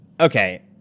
Okay